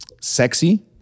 sexy